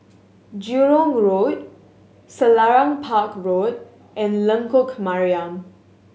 Jurong Road Selarang Park Road and Lengkok Mariam